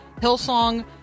Hillsong